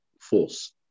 force